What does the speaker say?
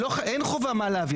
אין חובה מה להביא,